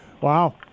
Wow